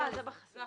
בחוק